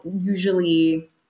usually